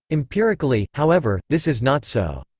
empirically, however, this is not so.